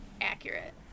accurate